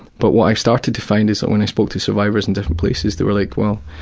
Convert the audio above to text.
but what i've started to find is, when i spoke to survivors in different places they were like, well.